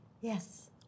Yes